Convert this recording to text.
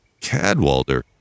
Cadwalder